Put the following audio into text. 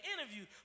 interview